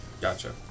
Gotcha